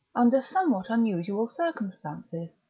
under somewhat unusual circumstances.